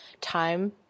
time